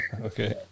Okay